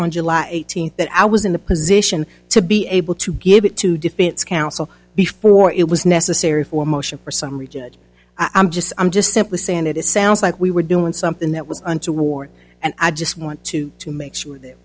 on july eighteenth that i was in the position to be able to give it to defense counsel before it was necessary for motion for summary judge i'm just i'm just simply saying that it sounds like we were doing something that was untoward and i just want to to make sure that